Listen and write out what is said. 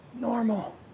normal